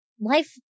life